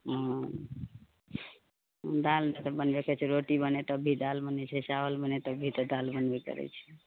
ओ दाल नहि तऽ बनबै करै छै रोटी बनै तब भी दालि बनै छै चावल बनै तब भी तऽ दालि बनबे करै छै